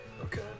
Okay